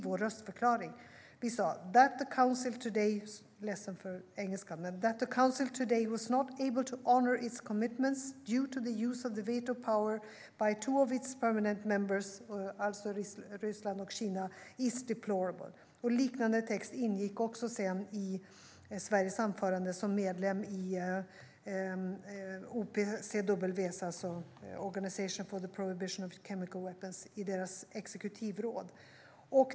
Vi sa: "That the Council today was not able to honour its commitments, due to the use of the veto power by two of its permanent members, is deplorable." Det gällde alltså Ryssland och Kina.En liknande text ingick sedan i Sveriges anförande som medlem i exekutivrådet för OPCW, Organisation for the Prohibition of Chemical Weapons.